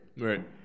Right